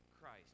Christ